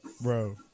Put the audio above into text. Bro